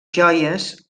joies